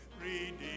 redeemed